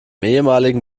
ehemaligen